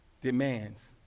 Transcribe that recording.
demands